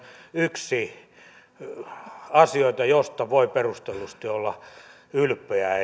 yksi viime eduskuntakauden asioita joista voi perustellusti olla ylpeä